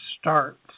starts